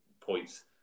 points